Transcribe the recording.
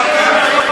האוצר.